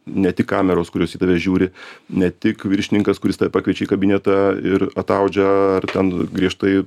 ne tik kameros kurios į tave žiūri ne tik viršininkas kuris tave pakviečia į kabinetą ir ataudžia ar ten griežtai